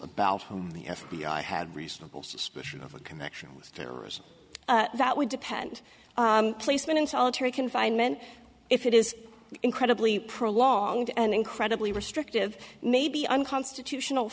about whom the f b i had reasonable suspicion of a connection to terrorism that would depend placement in solitary confinement if it is incredibly prolonged and incredibly restrictive maybe unconstitutional